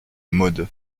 maud